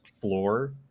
floor